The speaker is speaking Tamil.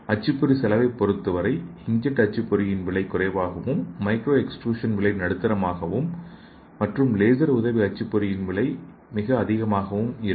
அச்சுப்பொறி செலவைப் பொறுத்தவரை இன்க்ஜெட் அச்சுப்பொறியின் விலை குறைவாகவும் மைக்ரோ எக்ஸ்ட்ரூஷன் விலை நடுத்தர மாகவும் மற்றும் லேசர் உதவி அச்சுப்பொறியின் விலை மிக அதிகமாகவும் இருக்கும்